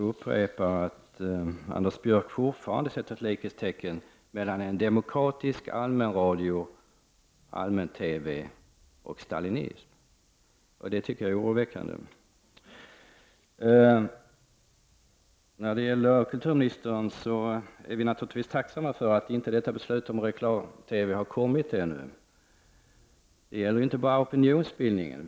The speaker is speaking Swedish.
Herr talman! Anders Björck sätter fortfarande ett likhetstecken mellan en demokratisk allmänradio och allmän-TV och stalinism. Det tycker jag är oroväckande. När det gäller det som kulturministern sade är vi naturligtvis tacksamma för att ett beslut om reklam-TV ännu inte har kommit. Det gäller inte bara opinionsbildningen.